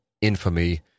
infamy